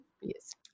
Yes